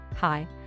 Hi